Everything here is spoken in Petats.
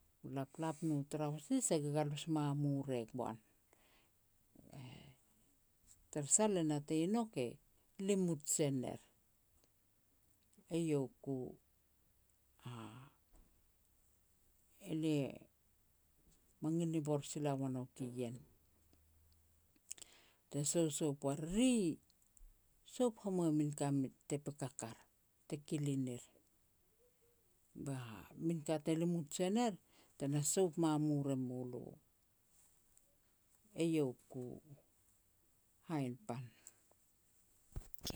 laplap nu trausis e gagalus mamur e goan, tara sah le natei nouk e limut jen er. Eiau ku, elia mangil ni bor sila ua nouk ien, te sousoup ua riri, soap hamua min ka min te pekak ar, te kilin ir, ba min ka te limut jen er, tena soap mamur e mu lo. Eiau ku, hainpan.